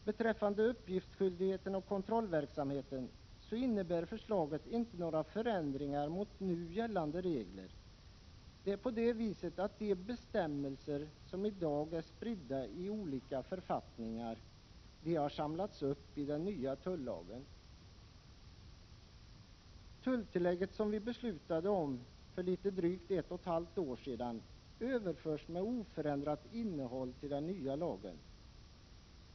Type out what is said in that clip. Beträffande uppgiftsskyldigheten och kontrollverksamheten innebär förslaget inte några förändringar av nu gällande regler. De bestämmelser som i dag är spridda i olika författningar har samlats upp i den nya tullagen. Tulltillägget, som vi beslutade om för litet drygt ett och ett halvt år sedan, överförs med oförändrat innehåll till den nya lagen.